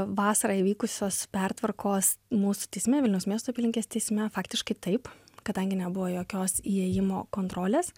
vasarą įvykusios pertvarkos mūsų teisme vilniaus miesto apylinkės teisme faktiškai taip kadangi nebuvo jokios įėjimo kontrolės